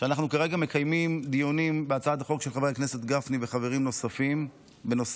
שאנחנו כרגע מקיימים דיונים בהצעת החוק של חבר הכנסת גפני וחברים